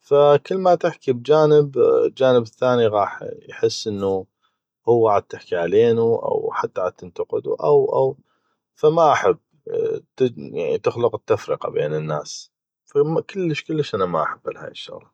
ف كل ما تحكي بجانب الجانب الثاني غاح يحس انو هو عتحكي علينو أو عتنتقدو أو أو ف ما احب تخلق تفرقه بين الناس ف ما احب كلش هالامور